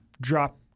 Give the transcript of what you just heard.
drop